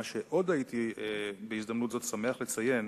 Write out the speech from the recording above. מה שעוד הייתי שמח לציין